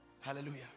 Hallelujah